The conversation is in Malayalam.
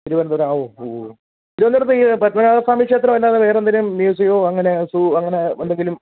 തിരുവനന്തപുരം ആ ഓ പൂവോ തിരുവനന്തപുരത്ത് ഈ പത്മനാഭസ്വാമിക്ഷേത്രം അല്ലാതെ വേറെ എന്തെങ്കിലും മ്യൂസിയമോ അങ്ങനെ സൂ അങ്ങനെ എന്തെങ്കിലും